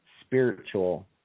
spiritual